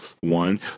One